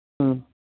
ਹਮ